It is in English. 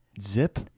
Zip